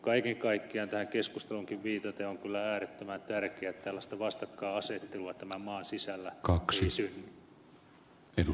kaiken kaikkiaan tähän keskusteluunkin viitaten on kyllä äärettömän tärkeää että tällaista vastakkainasettelua tämän maan sisällä ei synny